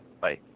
Bye